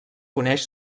coneix